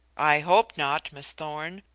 i hope not, miss thorn.